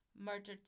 murdered